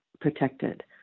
protected